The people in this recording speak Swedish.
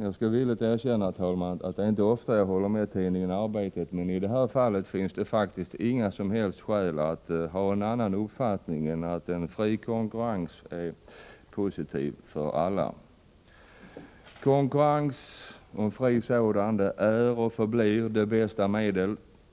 Jag skall villigt erkänna att det inte är ofta jag håller med tidningen Arbetet, men i det här fallet finns det faktiskt inga som helst skäl att ha en annan uppfattning än att en fri konkurrens är positiv för alla. Fri konkurrens är och förblir det bästa